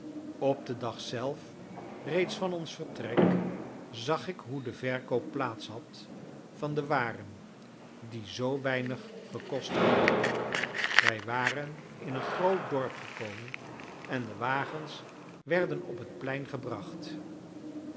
op den dag zelf reeds van ons vertrek zag ik hoe de verkoop plaats had van de waren die zoo weinig gekost hadden wij waren in een groot dorp gekomen en de wagens werden op het plein gebracht